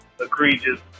egregious